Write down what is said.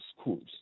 schools